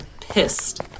pissed